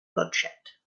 bloodshed